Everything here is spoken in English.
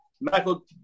Michael